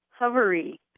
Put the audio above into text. hovery